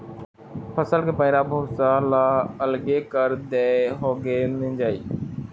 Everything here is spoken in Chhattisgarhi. फसल के पैरा भूसा ल अलगे कर देए होगे मिंजई